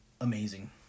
amazing